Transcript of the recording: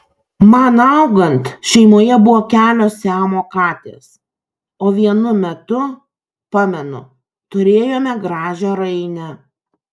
man augant šeimoje buvo kelios siamo katės o vienu metu pamenu turėjome gražią rainę